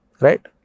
right